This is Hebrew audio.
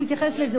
שהוא התייחס לזה,